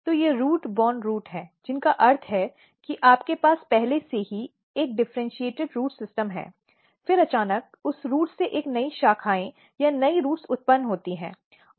तो ये रूट जनित रूट हैं जिसका अर्थ है कि आपके पास पहले से ही एक डिफ़र्इन्चीएटिड रूट सिस्टम है फिर अचानक उस रूट से एक नई शाखाएं या नई रूट्स उत्पन्न होती हैं